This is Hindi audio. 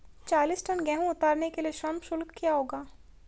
चालीस टन गेहूँ उतारने के लिए श्रम शुल्क क्या होगा?